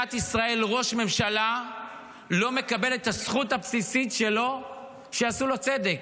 במדינת ישראל ראש ממשלה לא מקבל את הזכות הבסיסית שלו שיעשו לו צדק.